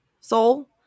soul